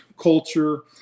culture